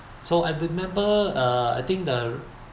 so I remember uh I think the